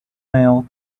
male